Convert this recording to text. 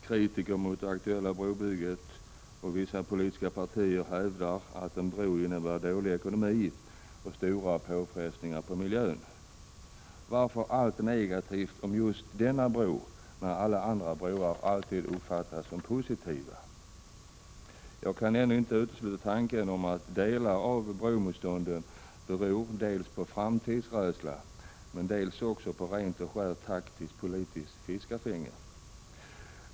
Kritiker mot det aktuella brobygget och vissa politiska partier hävdar att en bro innebär dålig ekonomi och stora påfrestningar på miljön. Varför allt negativt om just denna bro, när alla andra broar alltid uppfattats som positiva? Jag kan ännu inte utesluta tanken om att bromotståndet till viss del beror på framtidsrädsla, men också på rent och skärt taktiskt politiskt ”fiskafänge”.